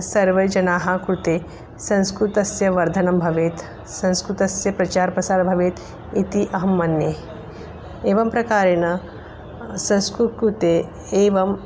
सर्वेषां जनानां कृते संस्कृतस्य वर्धनं भवेत् संस्कृतस्य प्रचारप्रसारः भवेत् इति अहं मन्ये एवं प्रकारेण संस्कृतस्य कृते एवं